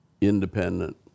independent